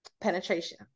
penetration